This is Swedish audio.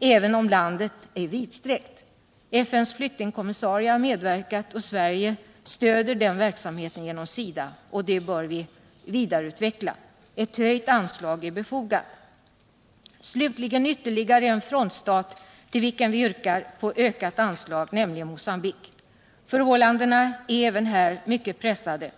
även om landet är vidsträckt, endast är 900 000. FN:s flyktingkommissarie har medverkat här. Sverige stöder den verksamheten genom SIDA, och detta stöd bör vi vidareutveckla. Ett höjt anslag till Botswana är befogat. Slutligen vill jag nämna ytterligare en frontstat för vilken vi yrkar på ökat anslag, nämligen Mogambique. Förhållandena är även här mycket pressade.